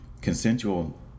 consensual